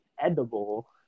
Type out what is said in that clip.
edible